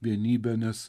vienybę nes